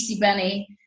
benny